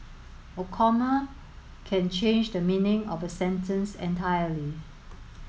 a comma can change the meaning of a sentence entirely